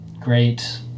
great